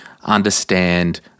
understand